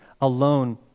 alone